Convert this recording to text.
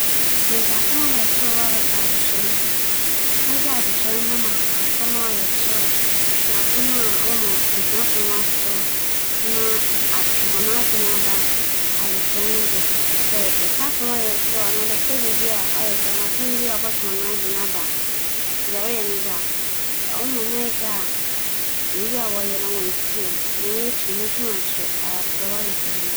Sɛ meyɛ kyerɛkyerɛnyi na m'esuafo hͻn adwen efi adze a yerusua no do a, dza odzi kan a mebɛyɛ nye dɛ, mebegyaa adze a merekyerɛ no. Na ma ama obiara asoɛr, obiara soɛr a yɛbͻtow ndwom a asaw ka ho na yɛdze atsentsen hɛn apͻw mu. ͻba no dɛm a, ntaa ma yenwie no, nna obia n'adwen efi adze kor a nna n'adwen wͻ do no do na ͻdze n'adwen bɛba ebetsim adze a yerusua no do, ͻno ekyir no, mobͻtoa m'adzekyerɛ do.